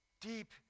Deep